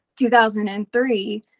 2003